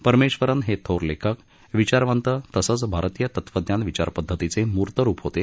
परमेश्वरन हे थोर लेखक विचारवंत तसंच भारतीय तत्वज्ञान विचार पद्धतीचे मूर्त रुप होते